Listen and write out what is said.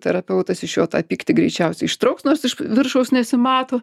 terapeutas iš jo tą pyktį greičiausiai ištrauks nors iš viršaus nesimato